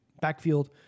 backfield